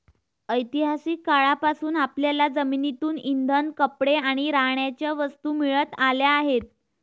ऐतिहासिक काळापासून आपल्याला जमिनीतून इंधन, कपडे आणि राहण्याच्या वस्तू मिळत आल्या आहेत